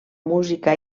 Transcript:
música